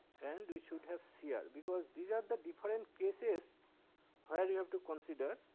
and we should have shear, because these are the different cases where you have to consider